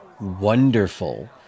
wonderful